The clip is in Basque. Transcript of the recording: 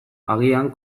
agian